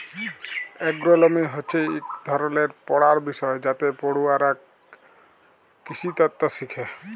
এগ্রোলমি হছে ইক ধরলের পড়ার বিষয় যাতে পড়ুয়ারা কিসিতত্ত শিখে